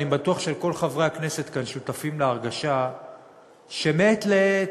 אני בטוח שכל חברי הכנסת כאן שותפים להרגשה שמעת לעת,